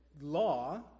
law